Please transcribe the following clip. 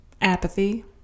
Apathy